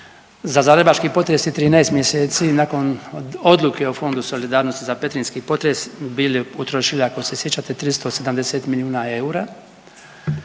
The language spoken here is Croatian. za zagrebački potres i 13 mjeseci nakon odluke o Fondu solidarnosti za petrinjski potres bili utrošili ako se sjećate 370 milijuna eura